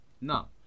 No